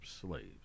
slaves